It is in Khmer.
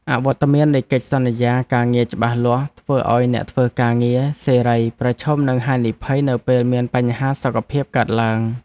អវត្តមាននៃកិច្ចសន្យាការងារច្បាស់លាស់ធ្វើឱ្យអ្នកធ្វើការងារសេរីប្រឈមនឹងហានិភ័យនៅពេលមានបញ្ហាសុខភាពកើតឡើង។